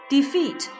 Defeat